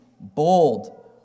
bold